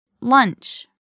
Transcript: Lunch